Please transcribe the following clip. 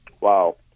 Wow